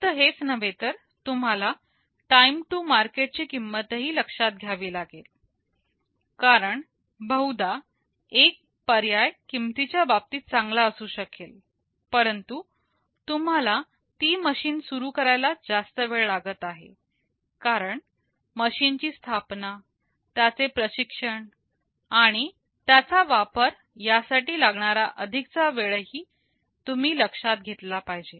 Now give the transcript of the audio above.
फक्त हेच नव्हे तर तुम्हाला टाईम टू मार्केट ची किंमतही लक्षात घ्यावी लागेल कारण बहुदा एक पर्याय किंमतीच्या बाबतीत चांगला असू शकेल परंतु तुम्हाला ती मशीन सुरू करायला जास्त वेळ लागत आहे कारण मशीनची स्थापना त्याचे प्रशिक्षण आणि त्याचा वापर यासाठी लागणारा अधिकचा वेळही तुम्ही लक्षात घेतला पाहिजे